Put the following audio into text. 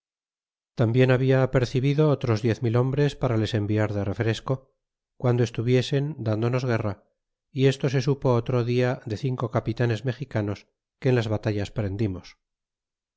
tambien habla apercibido otros diez mil hombres para les enviar de refresco guando estuviesen dándonos guerra y esto se supo otro dia de cinco capitanes mexicanos que en las batallas prendimos